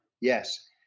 Yes